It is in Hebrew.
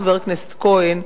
חבר הכנסת כהן,